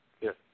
Yes